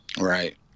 Right